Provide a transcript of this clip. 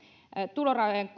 tulorajojen